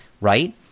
right